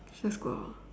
let's just go out ah